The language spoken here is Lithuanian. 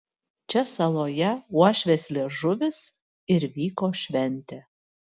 čia saloje uošvės liežuvis ir vyko šventė